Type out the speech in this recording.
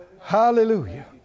Hallelujah